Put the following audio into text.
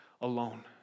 alone